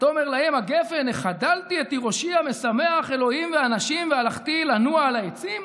ותאמר להם הגפן החדלתי את תירושי המשמח ה' ואנשים והלכתי לנוע על העצים.